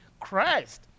Christ